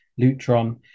Lutron